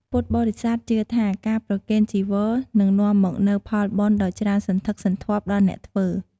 ពុទ្ធបរិស័ទជឿថា ការប្រគេនចីវរ នឹងនាំមកនូវផលបុណ្យដ៏ច្រើនសន្ធឹកសន្ធាប់ដល់អ្នកធ្វើ។